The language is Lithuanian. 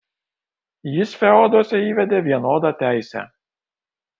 jis feoduose įvedė vienodą teisę